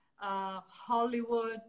Hollywood